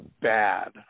bad